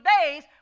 days